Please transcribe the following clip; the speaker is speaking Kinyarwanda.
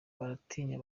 baratinya